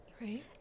Right